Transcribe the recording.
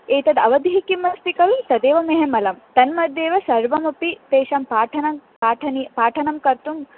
एतद् अवधिः किम् अस्ति खलु तदेव मह्यमलं तन्मध्ये एव सर्वमपि तेषां पाठनं पाठनीयं पाठनं कर्तुं